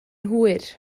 hwyr